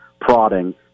prodding